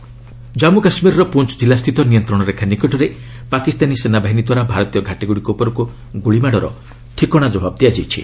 cease fire violation Jammu କାଶ୍ମୀରର ପୁଞ୍ ଜିଲ୍ଲା ସ୍ଥିତ ନିୟନ୍ତ୍ରଣ ରେଖା ନିକଟରେ ପାକିସ୍ତାନୀ ସେନାବାହିନୀଦ୍ୱାରା ଭାରତୀୟ ଘାଟିଗୁଡ଼ିକ ଉପରକୁ ଗୁଳିମାଡ଼ର ଠିକଣା୍ ଜବାବ୍ ଦିଆଯାଇଛି